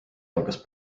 algas